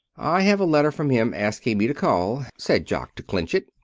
i have a letter from him, asking me to call, said jock, to clinch it.